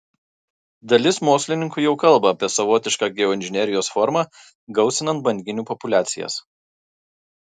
dalis mokslininkų jau kalba apie savotišką geoinžinerijos formą gausinant banginių populiacijas